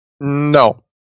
No